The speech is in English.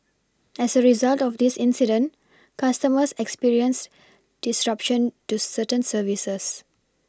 as a result of this incident customers experienced disruption to certain services